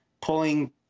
pulling